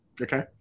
Okay